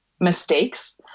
mistakes